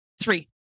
Three